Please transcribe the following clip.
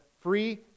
free